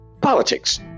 Politics